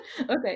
Okay